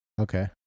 Okay